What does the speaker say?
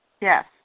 Yes